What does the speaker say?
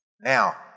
Now